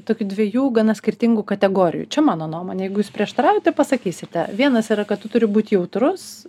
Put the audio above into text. tokių dviejų gana skirtingų kategorijų čia mano nuomone jeigu jūs prieštaraujate pasakysite vienas yra kad tu turi būt jautrus